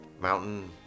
mountain